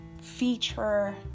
feature